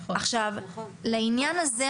לעניין הזה,